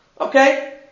Okay